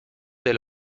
del